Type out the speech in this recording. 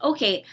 Okay